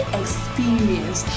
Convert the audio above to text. experience